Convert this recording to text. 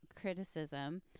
criticism